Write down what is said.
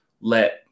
let